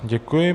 Děkuji.